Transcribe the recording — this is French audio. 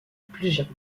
plusieurs